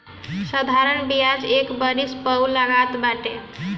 साधारण बियाज एक वरिश पअ लागत बाटे